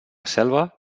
selva